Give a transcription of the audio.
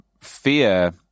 fear